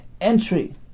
entry